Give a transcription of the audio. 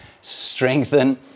strengthen